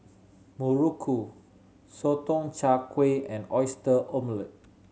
muruku Sotong Char Kway and Oyster Omelette